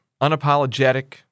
unapologetic